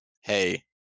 hey